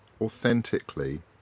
authentically